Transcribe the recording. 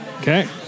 Okay